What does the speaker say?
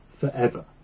forever